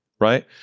right